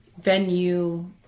venue